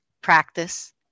practice